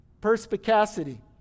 Perspicacity